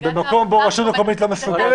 נציגת --- במקום שבו רשות מקומית לא מסוגלת,